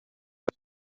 por